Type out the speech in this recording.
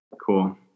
cool